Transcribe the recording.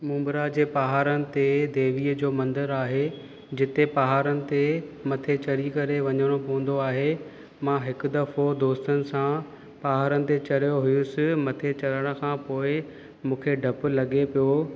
मुंब्रा जे पहाड़नि ते देवीअ जो मंदरु आहे जिते पहाड़नि ते मथे चढ़ी करे वञिणो पवंदो आहे मां हिकु दफ़ो दोस्तनि सां पहाड़नि ते चढ़ियो हुयुसि मथे चढ़ण खां पोइ मूंखे ॾपु लॻे पियो